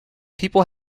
people